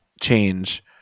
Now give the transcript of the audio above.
change